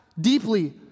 deeply